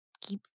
keep